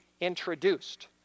introduced